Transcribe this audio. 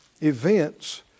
events